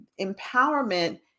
empowerment